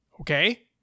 Okay